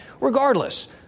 regardless